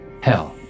Hell